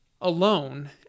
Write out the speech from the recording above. alone